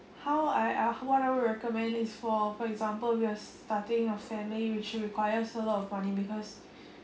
how I uh what I'll recommended is for for example you're starting a family which is requires a lot of money because